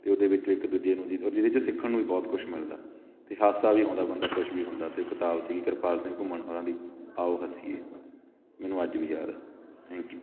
ਅਤੇ ਉਹਦੇ ਵਿੱਚ ਇੱਕ ਦੂਜੇ ਨੂੰ ਜਿਹ ਉਹ ਜਿਹਦੇ 'ਚ ਸਿੱਖਣ ਨੂੰ ਵੀ ਬਹੁਤ ਕੁਛ ਮਿਲਦਾ ਅਤੇ ਹਾਸਾ ਵੀ ਆਉਂਦਾ ਬੰਦਾ ਖੁਸ਼ ਵੀ ਹੁੰਦਾ ਅਤੇ ਉਹ ਕਿਤਾਬ ਸੀਗੀ ਕਿਰਪਾਲ ਸਿੰਘ ਘੁੰਮਣ ਹੋਰਾਂ ਦੀ ਆਉ ਹੱਸੀਏ ਮੈਨੂੰ ਅੱਜ ਵੀ ਯਾਦ ਹੈ ਥੈਂਕ ਯੂ